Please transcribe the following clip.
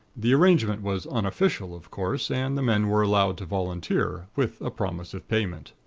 the arrangement was unofficial, of course, and the men were allowed to volunteer, with a promise of payment.